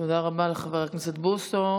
תודה רבה לחבר הכנסת בוסו.